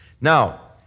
Now